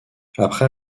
après